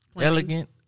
Elegant